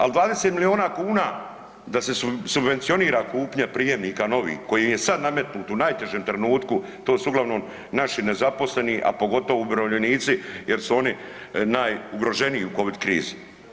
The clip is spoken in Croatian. Ali 20 milijuna kuna da se subvencionira kupnja prijemnika novi koji im je sad nametnut u najtežem trenutku, to su uglavnom naši nezaposleni, a pogotovo umirovljenici jer su oni najugroženiji u covid krizi.